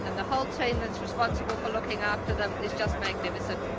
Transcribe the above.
the whole team that's responsible for looking after them is just magnificent.